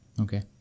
Okay